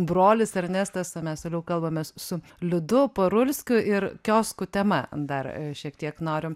brolis ernestas o mes toliau kalbamės su liudu parulskiu ir kioskų tema dar šiek tiek noriu